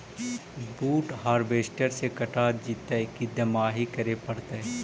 बुट हारबेसटर से कटा जितै कि दमाहि करे पडतै?